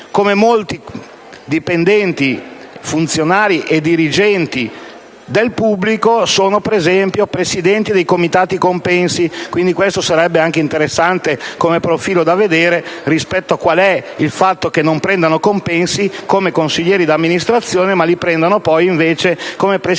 modo, molti dipendenti, funzionari e dirigenti del pubblico sono, per esempio, presidenti dei comitati compensi; quindi, sarebbe interessante analizzare anche questo profilo, cioè il fatto che non prendano compensi come consiglieri di amministrazione ma li prendano invece come presidenti